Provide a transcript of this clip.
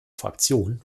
fraktion